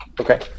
Okay